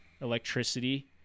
electricity